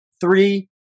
three